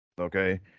Okay